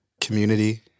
community